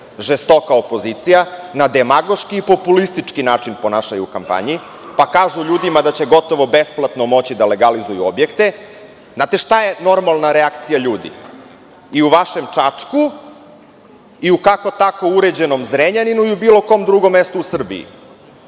žestoka opozicija, na demagoški i populistički način ponašaju u kampanji, pa kažu ljudima da će moći gotovo besplatno da legalizuju objekte. Znate šta je normalna reakcija ljudi i u vašem Čačku, i kako tako uređenom Zrenjaninu i u bilo kom drugom mestu u Srbiji.